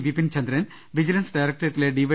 Vipin Chandran vigilance ഡയറക്ടേറ്റിലെ ഡിവൈ